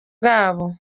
bwabo